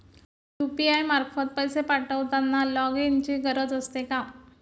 UPI मार्फत पैसे पाठवताना लॉगइनची गरज असते का?